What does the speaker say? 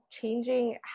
changing